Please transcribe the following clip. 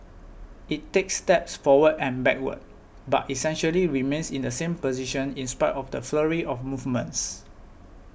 it takes steps forward and backward but essentially remains in the same position in spite of the flurry of movements